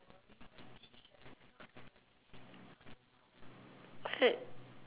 I